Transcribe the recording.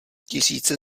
tisíce